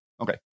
okay